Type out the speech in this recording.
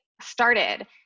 started